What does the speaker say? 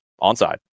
onside